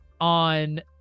on